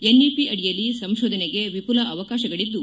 NEP ಅಡಿಯಲ್ಲಿ ಸಂಶೋಧನೆಗೆ ವಿಭುಲ ಅವಕಾಶಗಳಿದ್ದು